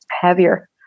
heavier